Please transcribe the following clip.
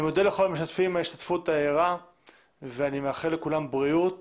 אני מודה לכל המשתתפים על ההשתתפות הערה ואני מאחל לכולם בריאות